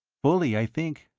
fully, i think.